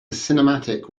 cinematic